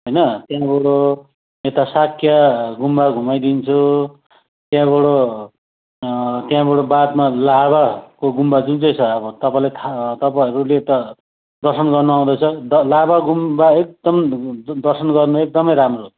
होइन त्यहाँबाट यता साख्या गुम्बा घुमाइदिन्छु त्यहाँबाट त्यहाँबाट बादमा लाभाको गुम्बा जुन चाहिँ छ अब तपाईँलाई थाहा तपाईँहरूले त दर्शन गर्न आउँदैछ त लाभा गुम्बा एकदम दर्शन गर्नु एकदमै राम्रो हो